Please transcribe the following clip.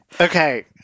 Okay